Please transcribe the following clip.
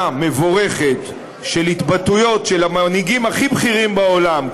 מבורכת של התבטאויות של המנהיגים הכי בכירים בעולם,